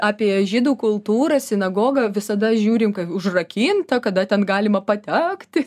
apie žydų kultūrą sinagogą visada žiūrim kaip užrakintą kada ten galima patekti